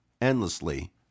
endlessly